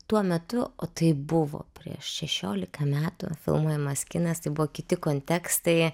tuo metu o tai buvo prieš šešiolika metų filmuojamas kinas tai buvo kiti kontekstai